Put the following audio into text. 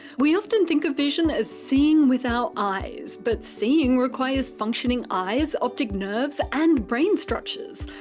we often think of vision as seeing with our eyes, but seeing requires functioning eyes, optic nerves and brain structures.